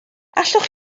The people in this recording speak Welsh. allwch